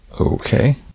Okay